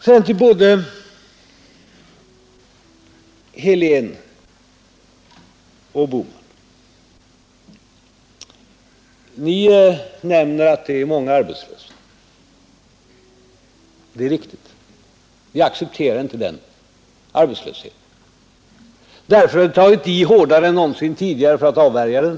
Sedan till både herr Helén och herr Bohman! Ni säger att det är många arbetslösa. Det är riktigt, och vi accepterar inte den arbetslösheten. Därför har vi tagit i hårdare än någonsin tidigare för att avvärja den.